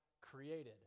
created